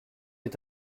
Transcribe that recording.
est